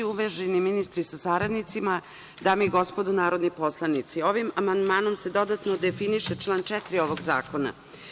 Uvaženi ministre sa saradnicima, dame i gospodo narodni poslanici, ovim amandmanom se dodatno definiše član 4. ovog zakona.